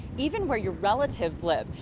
even where your relatives live.